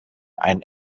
einen